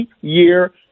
year